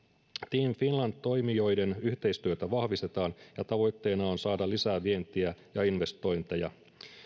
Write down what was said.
team finland toimijoiden yhteistyötä vahvistetaan ja tavoitteena on saada lisää vientiä ja investointeja